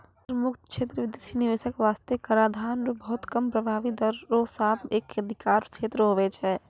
कर मुक्त क्षेत्र बिदेसी निवेशक बासतें कराधान रो बहुत कम प्रभाबी दर रो साथ एक अधिकार क्षेत्र हुवै छै